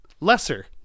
lesser